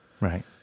Right